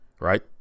Right